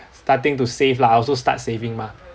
starting to save lah I also start saving mah